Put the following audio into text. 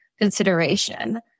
consideration